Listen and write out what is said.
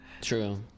True